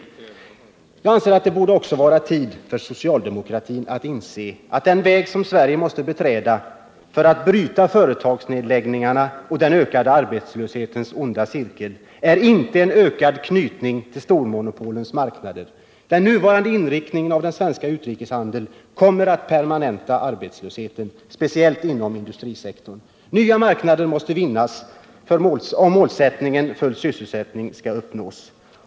Jag anser att det också borde vara tid för socialdemokratin att inse att den väg som Sverige måste beträda för att bryta företagsnedläggningarnas och den ökade arbetslöshetens onda cirkel inte är en ökad knytning till stormonopolens marknader. Den nuvarande inriktningen av den svenska utrikeshandeln kommer att permanenta arbetslösheten, speciellt inom industrisektorn. Nya marknader måste vinnas om målsättningen full sysselsättning skall uppnås.